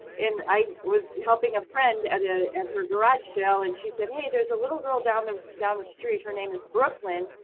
and i was helping a friend at ah and her garage sale. and she said, hey, there's a little girl down the street, her name is brooklyn,